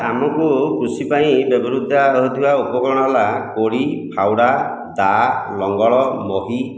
ଆମକୁ କୃଷି ପାଇଁ ବ୍ୟବହୃତ ହେଉଥିବା ଉପକରଣ ହେଲା କୋଡ଼ି ଫାଉଡ଼ା ଦାଆ ଲଙ୍ଗଳ ମହି